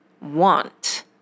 want